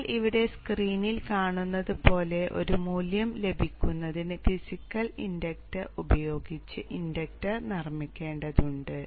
നിങ്ങൾ ഇവിടെ സ്ക്രീനിൽ കാണുന്നത് പോലെ ഒരു മൂല്യം ലഭിക്കുന്നതിന് ഫിസിക്കൽ ഇൻഡക്റ്റർ ഉപയോഗിച്ച് ഇൻഡക്റ്റർ നിർമ്മിക്കേണ്ടതുണ്ട്